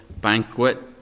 banquet